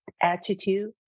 attitude